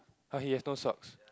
!huh! he has no socks